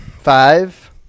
Five